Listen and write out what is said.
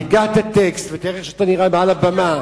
תיקח את הטקסט ותראה איך אתה נראה מעל הבמה.